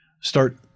start